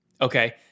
okay